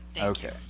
Okay